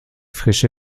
frische